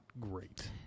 great